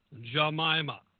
Jemima